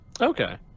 Okay